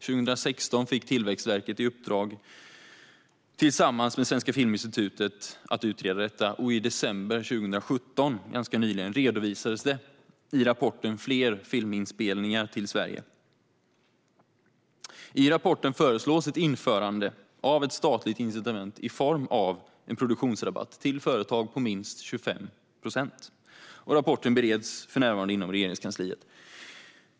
År 2016 fick Tillväxtverket i uppdrag att tillsammans med Svenska Filminstitutet utreda detta, och i december 2017 redovisades det i rapporten Fler filminspelningar till Sverige . I rapporten föreslås ett införande av ett statligt incitament i form av en produktionsrabatt på minst 25 procent till företag. Rapporten bereds för närvarande inom Regeringskansliet.